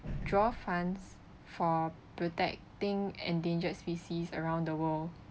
draw funds for protecting endangered species around the world